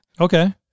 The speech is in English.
Okay